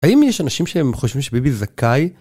האם יש אנשים שהם חושבים שביבי זכאי?